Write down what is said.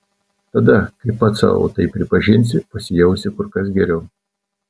tada kai pats sau tai prisipažinsi pasijausi kur kas geriau